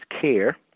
care